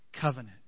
covenant